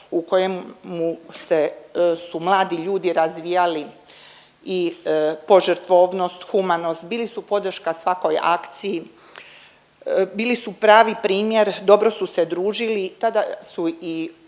u kojemu su mladi ljudi razvijali i požrtvovnost, humanost, bili su podrška svakoj akciji, bili su pravi primjer, dobro su se družili i tada su i